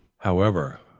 however,